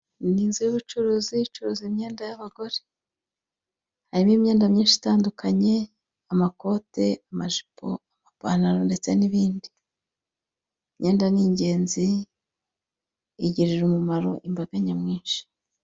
Ni inzu y'ubucuruzi icuruza imyenda y'abagore. Harimo imyenda myinshi itandukanye amakote, amajipo, amapantaro ndetse n'ibindi. Imyenda ni ingenzi igirira umumaro imbaga nyamwinshi.